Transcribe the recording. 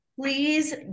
please